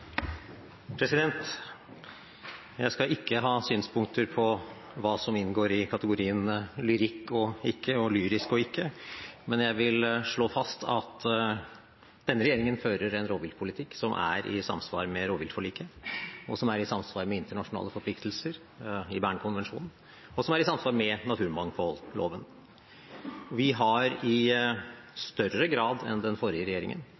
hva som inngår i kategorien lyrikk og ikke og lyrisk og ikke, men jeg vil slå fast at denne regjeringen fører en rovviltpolitikk som er i samsvar med rovviltforliket, som er i samsvar med internasjonale forpliktelser i Bernkonvensjonen, og som er i samsvar med naturmangfoldloven. Vi har i større grad enn den forrige regjeringen